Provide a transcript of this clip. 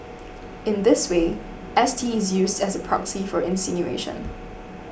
in this way S T is used as a proxy for insinuation